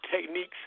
techniques